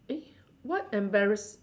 eh what embarrass